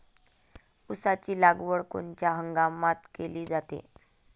ऊसाची लागवड कोनच्या हंगामात केली जाते?